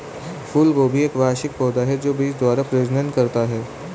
फूलगोभी एक वार्षिक पौधा है जो बीज द्वारा प्रजनन करता है